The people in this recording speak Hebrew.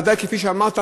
ודאי כפי שאמרת,